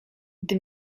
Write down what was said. gdy